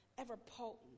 ever-potent